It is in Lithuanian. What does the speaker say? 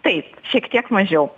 taip šiek tiek mažiau